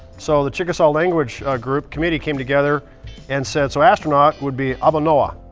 so the chickasaw language group committee came together and said, so astronauts would be aba nowa,